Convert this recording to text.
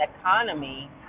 economy